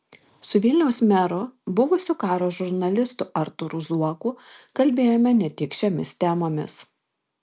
su vilniaus meru buvusiu karo žurnalistu artūru zuoku kalbėjome ne tik šiomis temomis